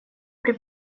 при